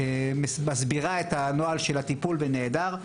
מסבירה את הנוהל של הטיפול בנעדר.